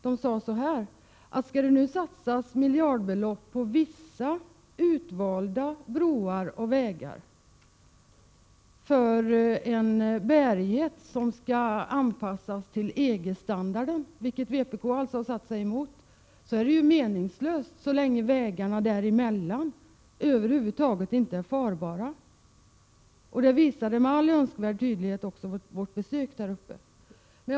De sade att en satsning med miljardbelopp på vissa utvalda broar och vägar för en bärighet som skall anpassas till EG-standard — vilket vpk har satt sig emot — är meningslös så länge vägarna däremellan över huvud taget inte är farbara. Vid vårt besök där uppe visades också detta med all önskvärd tydlighet. Herr talman!